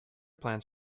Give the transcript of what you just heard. plans